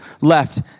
left